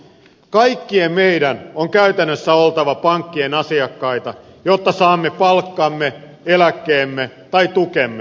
kaikkien meidän on käytännössä oltava pankkien asiakkaita jotta saamme palkkamme eläkkeemme tai tukemme